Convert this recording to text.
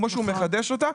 כמו שהוא מחדש אותה.